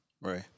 Right